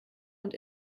und